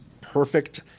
perfect